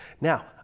Now